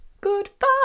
goodbye